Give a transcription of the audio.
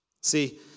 see